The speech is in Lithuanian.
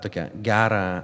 tokią gerą